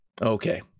Okay